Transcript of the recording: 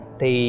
thì